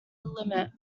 limit